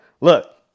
look